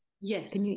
Yes